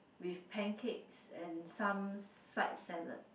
with pancakes and some sides salad